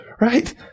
right